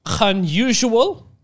unusual